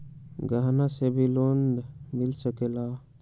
गहना से भी लोने मिल सकेला?